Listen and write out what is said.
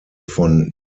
von